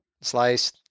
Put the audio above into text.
slice